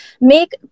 make